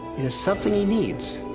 is something he needs.